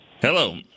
Hello